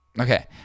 Okay